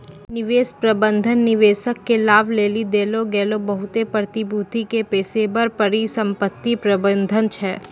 निवेश प्रबंधन निवेशक के लाभ लेली देलो गेलो बहुते प्रतिभूति के पेशेबर परिसंपत्ति प्रबंधन छै